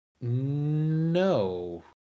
No